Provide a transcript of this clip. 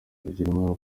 twagirimana